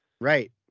Right